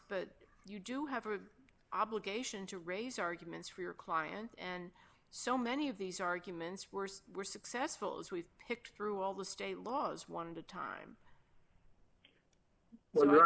but you do have an obligation to raise arguments for your clients and so many of these arguments were were successful as we picked through all the state laws one of the time when